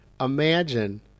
imagine